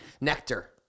nectar